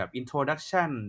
introduction